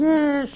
Yes